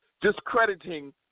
discrediting